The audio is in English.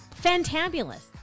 fantabulous